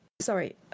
sorry